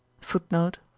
footnote